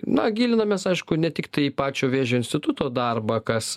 na gilinamės aišku ne tiktai į pačio vėžio instituto darbą kas